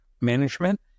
management